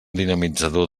dinamitzador